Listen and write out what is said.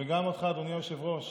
וגם אותך, אדוני היושב-ראש,